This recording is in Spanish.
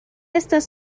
estas